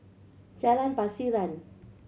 Jalan Pasiran